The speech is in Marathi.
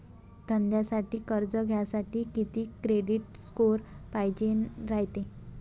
धंद्यासाठी कर्ज घ्यासाठी कितीक क्रेडिट स्कोर पायजेन रायते?